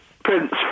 Prince